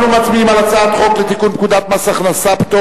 אנחנו מצביעים על הצעת חוק לתיקון פקודת מס הכנסה (פטור